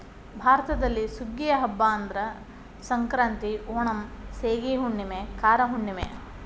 ಭಾರತದಲ್ಲಿ ಸುಗ್ಗಿಯ ಹಬ್ಬಾ ಅಂದ್ರ ಸಂಕ್ರಾಂತಿ, ಓಣಂ, ಸೇಗಿ ಹುಣ್ಣುಮೆ, ಕಾರ ಹುಣ್ಣುಮೆ